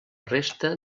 resta